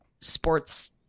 sports